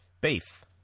beef